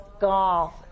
golf